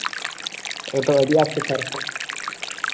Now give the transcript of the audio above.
ᱮᱠᱫᱚᱢ ᱟᱹᱰᱤ ᱟᱸᱴᱜᱮ ᱥᱟᱨᱦᱟᱣ